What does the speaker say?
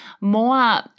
more